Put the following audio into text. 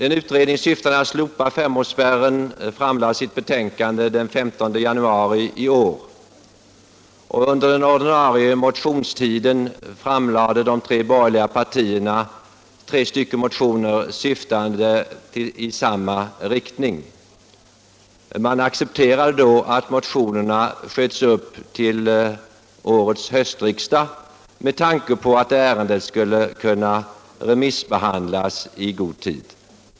En utredning, syftande till att slopa femårsspärren, framlade sitt betänkande den 15 januari i år, och under den ordinarie motionstiden väckte de tre borgerliga partierna tre motioner i samma riktning. Man accepterade då att behandlingen av motionerna sköts upp till hösten med tanke på att ärendet skulle kunna remissbehandlas i god tid.